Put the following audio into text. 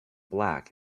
black